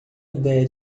ideia